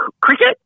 Cricket